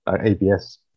ABS